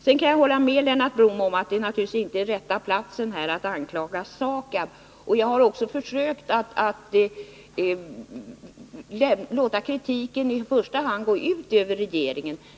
Jag kan hålla med Lennart Blom om att detta naturligtvis inte är rätta platsen att anklaga SAKAB. Jag har också försökt att låta kritiken i första hand gå ut över regeringen.